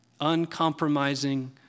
Uncompromising